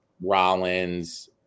Rollins